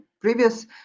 previous